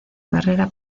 carrera